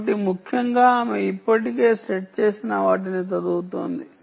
కాబట్టి ముఖ్యంగా ఆమె ఇప్పటికే సెట్ చేసిన వాటిని చదువుతోంది